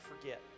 forget